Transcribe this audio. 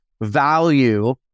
value